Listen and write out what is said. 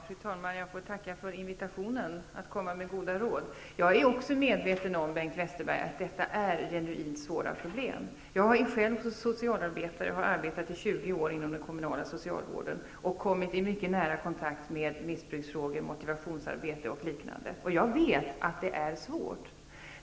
Fru talman! Jag får tacka för invitationen att komma med goda råd. Jag är också medveten om, Bengt Westerberg, att detta är genuint svåra problem. Jag är själv socialarbetare och har arbetat i 20 år inom den kommunala socialvården och kommit i mycket nära kontakt med missbruksfrågor, motivationsarbete och liknande, och jag vet att det är svårt.